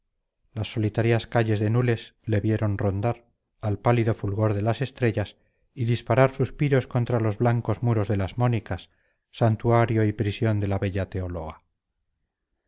las solitarias calles de nules le vieron rondar al pálido fulgor de las estrellas y disparar suspiros contra los blancos muros de las mónicas santuario y prisión de la bella teóloga